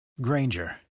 Granger